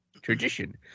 tradition